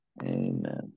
Amen